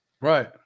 Right